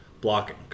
blocking